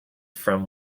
from